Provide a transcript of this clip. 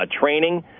training